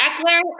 Eckler